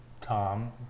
Tom